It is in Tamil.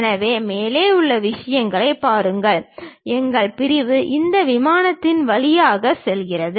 எனவே மேலே உள்ள விஷயத்தைப் பாருங்கள் எங்கள் பிரிவு இந்த விமானத்தின் வழியாக செல்கிறது